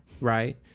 right